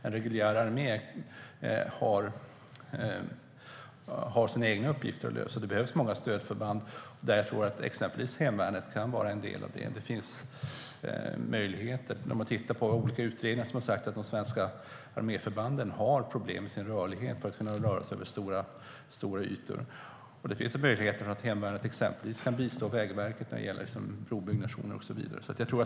En reguljär armé har inte bara sina egna uppgifter att lösa. Det behövs många stödförband där hemvärnet är en del. Av olika utredningar har framgått att de svenska arméförbanden har problem med sin rörlighet, det vill säga att röra sig över stora ytor. Hemvärnet kan exempelvis bistå Vägverket i brobyggnationer och så vidare.